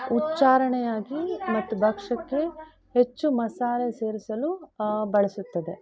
ಉಚ್ಚಾರಣೆಯಾಗಿ ಮತ್ತು ಭಕ್ಷಕ್ಕೆ ಹೆಚ್ಚು ಮಸಾಲೆ ಸೇರಿಸಲು ಬಳಸುತ್ತದೆ